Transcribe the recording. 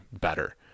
better